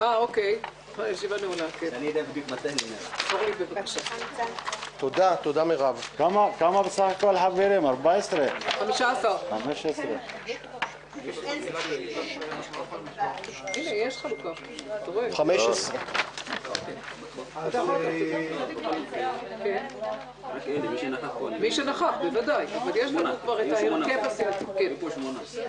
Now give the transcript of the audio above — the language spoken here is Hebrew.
הישיבה ננעלה בשעה 10:45.